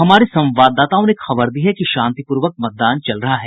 हमारे संवाददाताओं ने खबर दी है कि शांतिपूर्वक मतदान चल रहा है